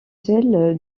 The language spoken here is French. seule